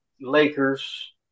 Lakers